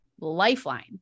lifeline